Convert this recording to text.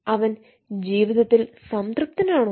അവൻ ജീവിതത്തിൽ സംതൃപ്തനാണോ